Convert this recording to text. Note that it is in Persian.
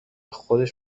خودش